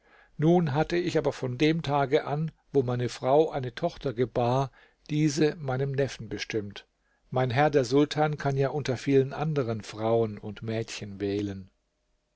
nun hatte ich aber von dem tage an wo meine frau eine tochter gebar diese meinem neffen bestimmt mein herr der sultan kann ja unter vielen anderen frauen und mädchen wählen